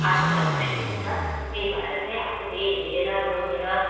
आत्मसन्तुष्टि हुन्छ त्यही भएर चाहिँ आफूले हेरेर रोजेर